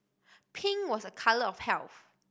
pink was a colour of health